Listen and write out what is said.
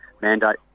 Mandate